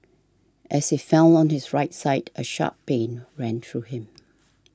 as he fell on his right side a sharp pain ran through him